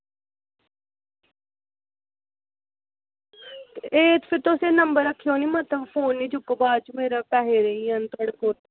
एह् तुस मेरा नंबर पर फोन चुक्केओ बाद च मेरे थुआढ़े कोल पैसे रेही जान